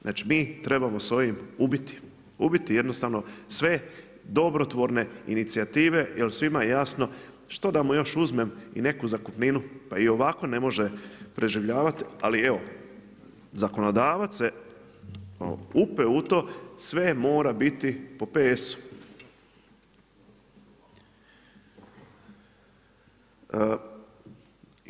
Znači, mi trebamo s ovim ubiti, ubiti jednostavno sve dobrotvorne inicijative, jer svima je jasno, što da mu još uzmem i neku zakupninu, pa i ovako ne može preživljavati, ali, evo zakonodavac, se upleo u to, sve mora biti po ps-u.